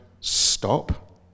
stop